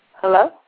Hello